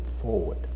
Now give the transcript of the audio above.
forward